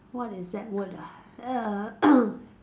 what is that word ah